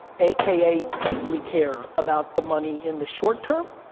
a k a. deeply care about the money in the short-term,